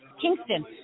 Kingston